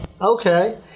Okay